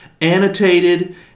annotated